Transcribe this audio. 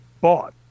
bought